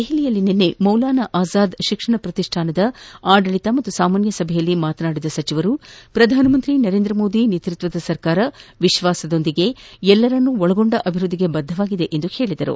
ದೆಹಲಿಯಲ್ಲಿ ನಿನ್ನೆ ಮೌಲಾನಾ ಆಜಾದ್ ಶಿಕ್ಷಣ ಪ್ರತಿಷ್ಠಾನದ ಆದಳಿತ ಹಾಗೂ ಸಾಮಾನ್ಯ ಸಭೆಯಲ್ಲಿ ಮಾತನಾಡಿದ ಸಚಿವರು ಪ್ರಧಾನಿ ನರೇಂದ್ರ ಮೋದಿ ನೇತೃತ್ವದ ಸರ್ಕಾರ ವಿಶ್ವಾಸದೊಂದಿಗೆ ಎಲ್ಲರನ್ನೂ ಒಳಗೊಂದ ಅಭಿವೃದ್ದಿಗೆ ಬದ್ದವಾಗಿದೆ ಎಂದರು